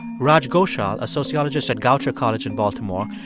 raj ghoshal, a sociologist at goucher college in baltimore,